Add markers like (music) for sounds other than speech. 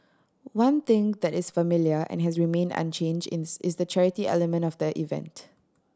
one thing that is familiar and has remained unchanged in (unintelligible) is the charity element of the event